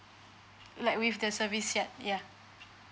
like with the service yard yeah